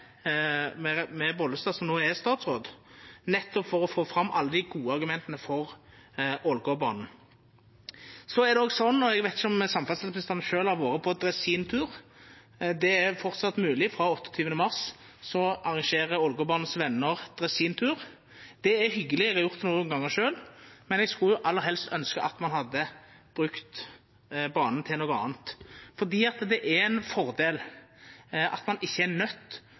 Bollestad, som no er statsråd, nettopp for å få fram alle dei gode argumenta for Ålgårdbanen. Eg veit ikkje om samferdselsministeren sjølv har vore på ein dresintur, men det er framleis mogleg, for frå 28. mars arrangerer Ålgårdbanens venner dresintur. Det er hyggeleg. Eg har gjort det nokre gongar sjølv, men eg skulle jo aller helst ønskja at ein hadde brukt banen til noko anna. For det er ein fordel at ein ikkje er nøydd